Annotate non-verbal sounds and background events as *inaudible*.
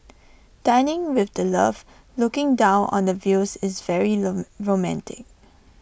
dining with the love looking down on the views is very *unintelligible* romantic